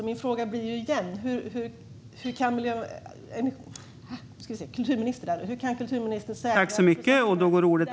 Min fråga blir återigen: Hur kan kulturministern säkra kulturmiljövårdens intressen i det här fallet?